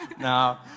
no